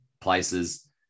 places